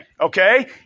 okay